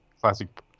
classic